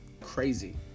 crazy